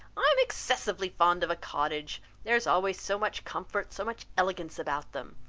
i am excessively fond of a cottage there is always so much comfort, so much elegance about them.